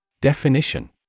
Definition